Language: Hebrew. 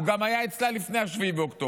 הוא גם היה אצלה לפני 7 באוקטובר.